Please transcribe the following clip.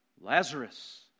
Lazarus